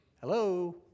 Hello